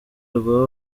rwa